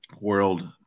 World